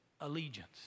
allegiance